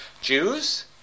Jews